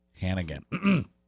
Hannigan